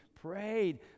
prayed